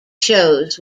shows